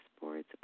boards